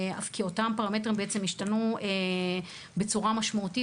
כי אותם פרמטרים בעצם השתנו בצורה משמעותית,